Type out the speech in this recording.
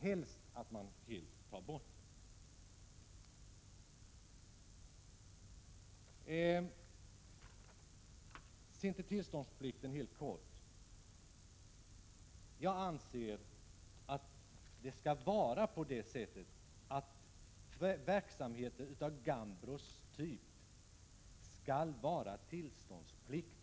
Helst ser jag att man helt slutar använda etenoxid. Sedan helt kort något om tillståndsplikten. Jag anser att verksamheter av 'Gambros typ skall vara tillståndspliktiga.